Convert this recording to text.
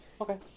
Okay